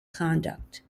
conduct